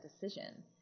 decision